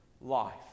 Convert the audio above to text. life